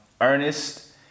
Ernest